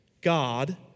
God